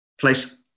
place